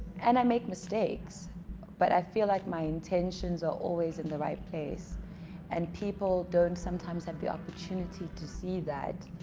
and i make mistakes but i feel like my intentions are always in the right place and people people don't sometimes have the opportunity to see that